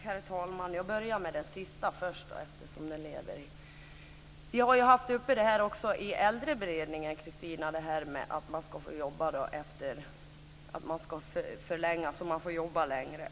Herr talman! Jag börjar med det sista. Vi har haft uppe det också i Äldreberedningen att man ska förlänga det så att man får jobba längre.